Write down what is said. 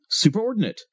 superordinate